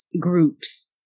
groups